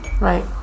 Right